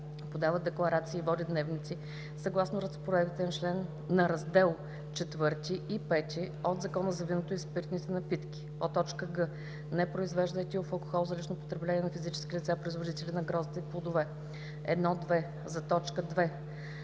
подава декларации и води дневници съгласно разпоредбите на Раздел IV и V от Закона за виното и спиртните напитки; г) не произвежда етилов алкохол за лично потребление на физически лица – производители на грозде и плодове.“; 1.2. за т. 2: